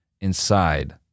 inside